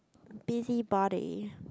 busybody